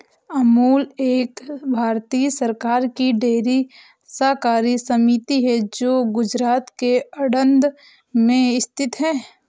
अमूल एक भारतीय सरकार की डेयरी सहकारी समिति है जो गुजरात के आणंद में स्थित है